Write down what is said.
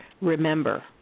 remember